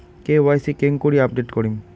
KYC কেঙ্গকরি update করিম?